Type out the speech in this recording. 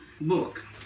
book